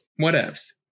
Whatevs